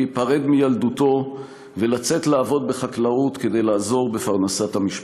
להיפרד מילדותו ולצאת לעבוד בחקלאות כדי לעזור בפרנסת המשפחה.